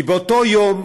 כי באותו יום